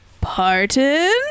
Pardon